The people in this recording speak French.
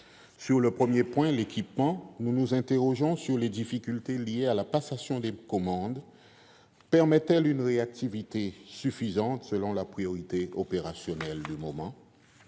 Sur le premier point, l'équipement, nous nous interrogeons sur les difficultés liées à la passation des commandes. Celle-ci permet-elle une réactivité suffisante selon la priorité opérationnelle du moment ?